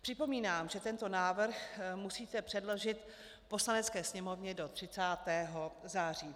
Připomínám, že tento návrh musíte předložit Poslanecké sněmovně do 30. září.